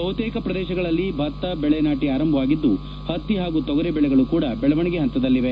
ಬಹುತೇಕ ಪ್ರದೇಶದಲ್ಲಿ ಭತ್ತ ಬೆಳೆ ನಾಟಿ ಪ್ರಾರಂಭವಾಗಿದ್ದು ಹತ್ತಿ ಹಾಗೂ ತೊಗರಿ ಬೆಳೆಗಳು ಕೂಡ ಬೆಳವಣಿಗೆ ಹಂತದಲ್ಲಿವೆ